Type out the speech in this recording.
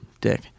dick